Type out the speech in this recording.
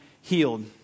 healed